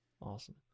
Awesome